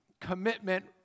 commitment